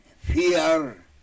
fear